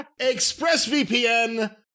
ExpressVPN